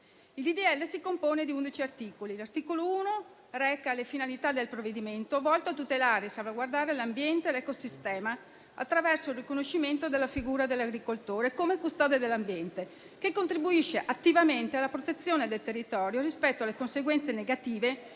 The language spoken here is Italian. legge si compone di 11 articoli. L'articolo 1 reca le finalità del provvedimento, volto a tutelare e salvaguardare l'ambiente e l'ecosistema attraverso il riconoscimento della figura dell'agricoltore come custode dell'ambiente, che contribuisce attivamente alla protezione del territorio rispetto alle conseguenze negative